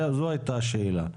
זאת הייתה השאלה.